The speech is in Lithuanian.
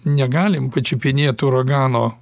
negalim pačiupinėt uragano